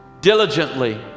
diligently